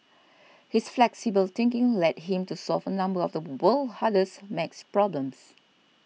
his flexible thinking led him to solve a number of the world's hardest math problems